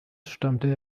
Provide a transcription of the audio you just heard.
stammte